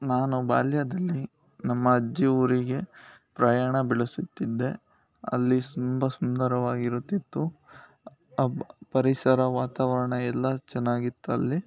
ನಾನು ಬಾಲ್ಯದಲ್ಲಿ ನಮ್ಮ ಅಜ್ಜಿ ಊರಿಗೆ ಪ್ರಯಾಣ ಬೆಳೆಸುತ್ತಿದ್ದೆ ಅಲ್ಲಿ ತುಂಬ ಸುಂದರವಾಗಿರುತ್ತಿತ್ತು ಬ್ ಪರಿಸರ ವಾತಾವರಣ ಎಲ್ಲ ಚೆನ್ನಾಗಿತ್ ಅಲ್ಲಿ